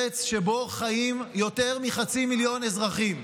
בחבל ארץ שבו חיים יותר מחצי מיליון אזרחים.